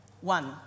one